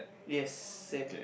yes same